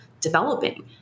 developing